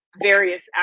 various